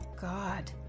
God